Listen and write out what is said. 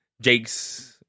Jake's